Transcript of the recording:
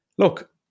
Look